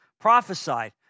prophesied